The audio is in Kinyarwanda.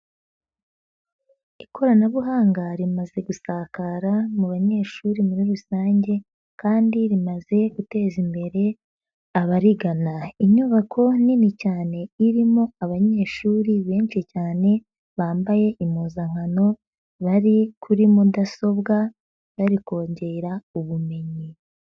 Ikoranabuhanga rimaze gusakara mu banyeshuri muri rusange kandi rimaze guteza imbere abarigana, inyubako nini cyane irimo abanyeshuri benshi cyane, bambaye impuzankano bari kuri mudasobwa bari kongera ubumenyi.